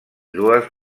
dues